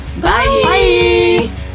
Bye